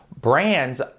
brands